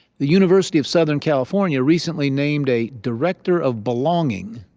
the university of southern california recently named a director of belonging.